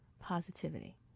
positivity